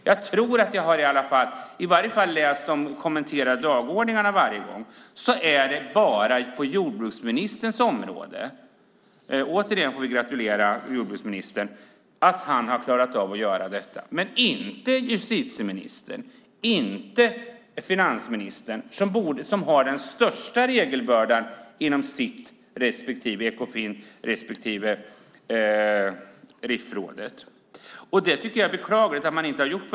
Jag har läst de kommenterade dagordningarna varje gång, men det är bara på jordbruksområdet som jordbruksministern har klarat av att göra detta. Vi får återigen gratulera jordbruksministern. Varken justitieministern eller finansministern, som har största regelbördan inom sina områden, RIF-rådet och Ekofin, har klarat detta.